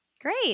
Great